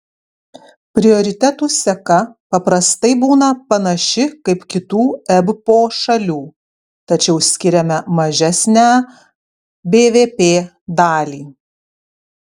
prioritetų seka paprastai būna panaši kaip kitų ebpo šalių tačiau skiriame mažesnę bvp dalį